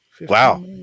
Wow